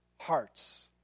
hearts